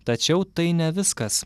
tačiau tai ne viskas